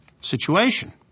situation